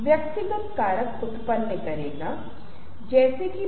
आत्मविश्वास आक्रामकता के रूप में माना जाता है